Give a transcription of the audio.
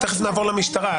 תכף נעבור למשטרה.